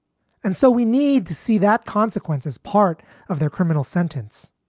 and so we need to see that consequence as part of their criminal sentence.